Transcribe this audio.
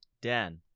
Dan